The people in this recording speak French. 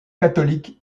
catholique